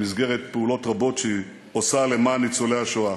במסגרת פעולות רבות שהיא עושה למען ניצולי השואה.